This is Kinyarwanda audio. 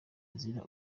azira